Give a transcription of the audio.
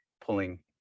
pulling